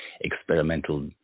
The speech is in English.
experimental